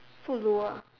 so low ah